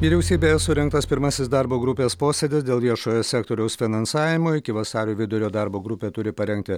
vyriausybėje surengtas pirmasis darbo grupės posėdis dėl viešojo sektoriaus finansavimo iki vasario vidurio darbo grupė turi parengti